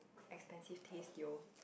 expensive taste yo